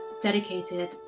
dedicated